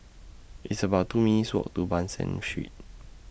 It's about two minutes' Walk to Ban San Street